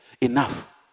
enough